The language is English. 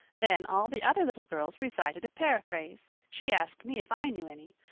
then all the other little girls recited a paraphrase. she asked me if i knew any.